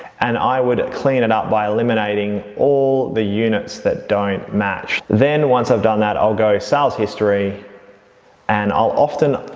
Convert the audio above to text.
and i would clean it up by eliminating all the units that don't match. then once i've done that, i'll go sales history and i'll often,